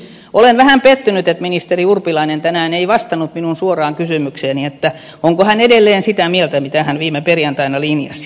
olen vähän pettynyt että ministeri urpilainen tänään ei vastannut minun suoraan kysymykseeni onko hän edelleen sitä mieltä mitä hän viime perjantaina linjasi